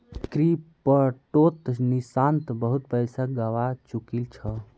क्रिप्टोत निशांत बहुत पैसा गवा चुकील छ